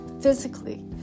physically